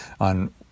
on